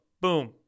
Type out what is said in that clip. Boom